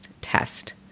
test